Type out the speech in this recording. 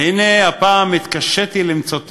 והנה, הפעם התקשיתי למוצאו